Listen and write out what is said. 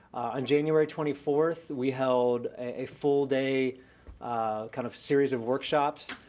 on january twenty fourth we held a full day kind of series of workshops.